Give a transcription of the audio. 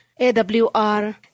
AWR